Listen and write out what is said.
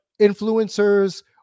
influencers